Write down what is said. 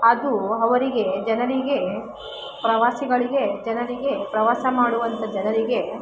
ಅದು ಅವರಿಗೆ ಜನರಿಗೆ ಪ್ರವಾಸಿಗಳಿಗೆ ಜನರಿಗೆ ಪ್ರವಾಸ ಮಾಡುವಂಥ ಜನರಿಗೆ